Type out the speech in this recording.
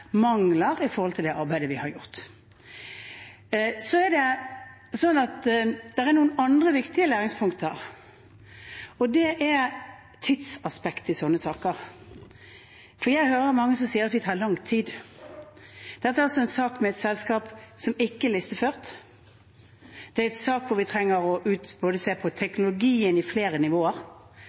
mangler ved det arbeidet vi har gjort. Det er også noen andre viktige læringspunkter. Det er tidsaspektet i slike saker. Jeg hører mange som sier at det tar lang tid. Dette er altså en sak om et selskap som ikke er listeført. Det er en sak der vi trenger å se på teknologien på flere nivåer,